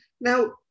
Now